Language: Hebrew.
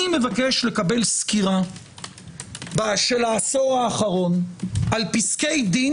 אני מבקש לקבל סקירה של העשור האחרון על פסקי דין